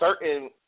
certain